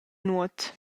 nuot